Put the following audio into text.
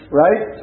right